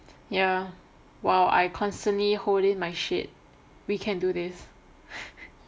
ya while I constantly hold in my shit we can do this